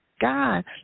God